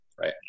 right